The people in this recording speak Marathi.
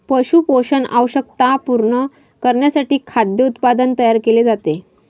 पशु पोषण आवश्यकता पूर्ण करण्यासाठी खाद्य उत्पादन तयार केले जाते